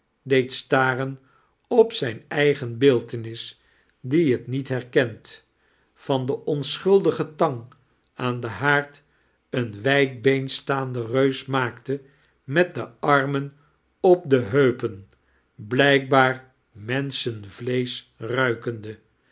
deed staren op zijn eigen beeltenis die het niet herkent van de onsohuldige tang aan den haard een wijdbeens staande reus maakte met de armen op de hempen blijkbaar menschenvleesch ruikende